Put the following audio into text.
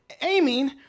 aiming